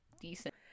decent